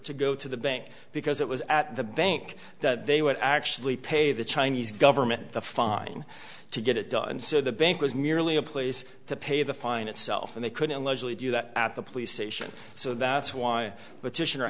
to go to the bank because it was at the bank that they would actually pay the chinese government the fine to get it done so the bank was merely a place to pay the fine itself and they couldn't largely do that at the police station so that's why